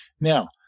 Now